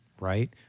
right